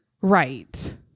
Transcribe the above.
Right